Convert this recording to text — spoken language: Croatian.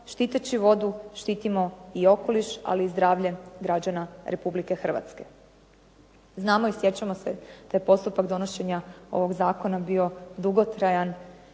štiteći vodu, štitimo i okoliš ali i zdravlje građana Republike Hrvatske. Znamo i sjećamo se da je postupak donošenja ovog zakona bio dugotrajan